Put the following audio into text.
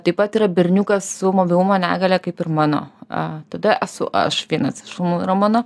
taip pat yra berniukas su mobilumo negalia kaip ir mano a tada esu aš vienas iš šunų yra mano